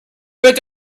wird